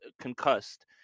concussed